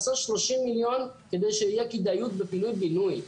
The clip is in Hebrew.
חסר 30 מיליון כדי שיהיה כדאיות בפינוי בינוי.